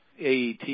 AET